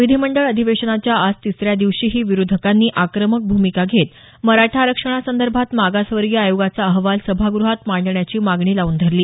विधीमंडळ अधिवेशनाच्या आज तिसऱ्या दिवशीही विरोधकांनी आक्रमक भूमिका घेत मराठा आरक्षणासंदर्भात मागासवर्गीय आयोगाचा अहवाल सभागृहात मांडण्याची मागणी लावून धरली